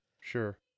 Sure